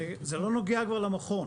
זה לא נוגע כבר למכון.